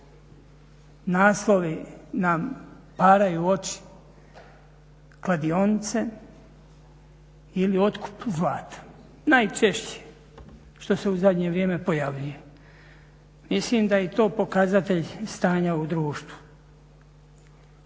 naslovi nam paraju oči kladionice ili otkup zlata, najčešće što se u zadnje vrijeme pojavljuje. Mislim da je i to pokazatelj stanja u društvu.